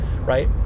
right